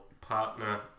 partner